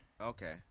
Okay